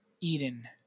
Eden